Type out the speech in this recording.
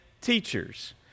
teachers